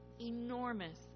enormous